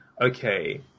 okay